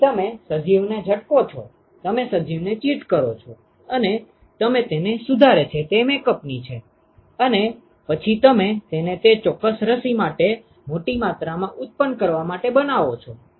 તેથી તમે સજીવને ઝટકો છો તમે સજીવને ચીટ કરો છો અને તમે તેને સુધારે છે તે મેકઅપની છે અને પછી તમે તેને તે ચોક્કસ રસી મોટી માત્રામાં ઉત્પન્ન કરવા માટે બનાવો છો